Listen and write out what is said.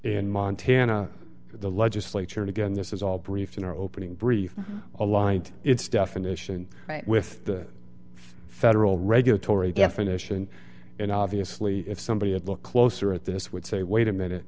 in montana the legislature again this is all briefing or opening brief aligned its definition right with federal regulatory definition and obviously if somebody said look closer at this would say wait a minute